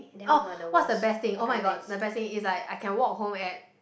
oh what's the best thing oh-my-god the best thing is like I can walk home at